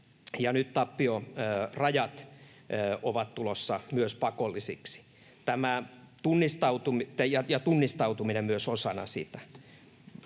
myös tappiorajat ovat tulossa pakollisiksi ja tunnistautuminen myös osana sitä.